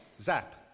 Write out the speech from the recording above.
Zap